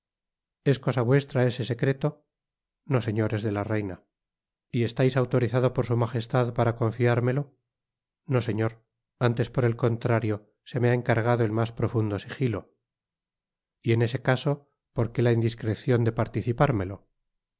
es cosa vuestra ese secreto no señor es de la reina y estais autorizado por su majestad para confiármelo no señor antes por el contrario se me ha encargado el mas profundo sigilo y en este caso porque la indiscrecion de participármelo